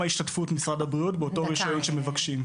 השתתפות משרד הבריאות באותו רישיון שמבקשים.